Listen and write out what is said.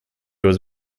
was